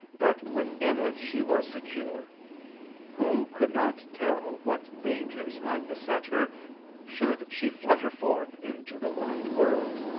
but within it she was secure who could not tell what dangers might beset her should she flutter forth into the wide world?